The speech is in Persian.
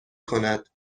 کند